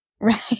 right